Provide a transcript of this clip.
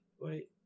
Wait